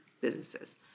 businesses